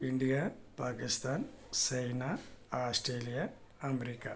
India Pakistan China Australia America